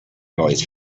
noise